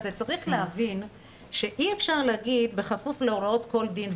צריך להבין שאי אפשר להגיד "בכפוף להוראות כל דין".